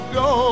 go